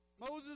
Moses